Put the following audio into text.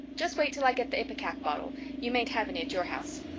just wait till i get the ipecac bottle you mayn't have any at your house.